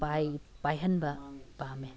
ꯄꯥꯏꯍꯟꯕ ꯄꯥꯝꯃꯦ